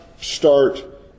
start